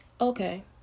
okay